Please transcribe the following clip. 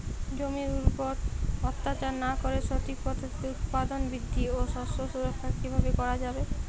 জমির উপর অত্যাচার না করে সঠিক পদ্ধতিতে উৎপাদন বৃদ্ধি ও শস্য সুরক্ষা কীভাবে করা যাবে?